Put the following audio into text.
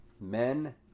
men